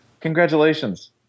Congratulations